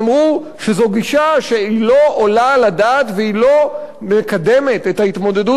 ואמרו שזו גישה שלא עולה על הדעת ולא מקדמת את ההתמודדות